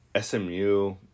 SMU